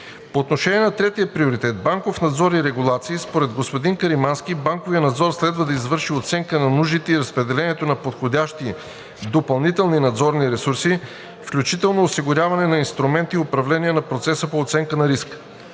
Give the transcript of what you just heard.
По отношение на третия приоритет – банков надзор и регулации. Според господин Каримански банковият надзор следва да извърши оценка на нуждите и разпределението на подходящи допълнителни надзорни ресурси, включително осигуряване на инструменти и управление на процеса по оценка на риска.